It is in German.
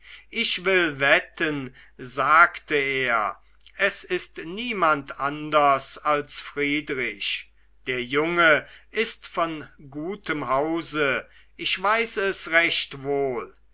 ich will wetten sagte er es ist niemand anders als friedrich der junge ist von gutem hause ich weiß es recht wohl